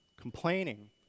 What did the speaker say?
complaining